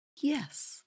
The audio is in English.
Yes